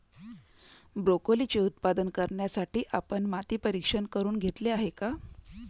ब्रोकोलीचे उत्पादन करण्यासाठी आपण माती परीक्षण करुन घेतले आहे का?